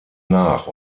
nach